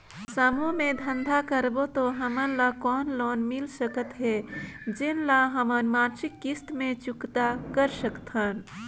समूह मे धंधा करबो त हमन ल कौन लोन मिल सकत हे, जेन ल हमन मासिक किस्त मे चुकता कर सकथन?